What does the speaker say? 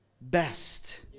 best